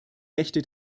rechte